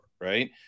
right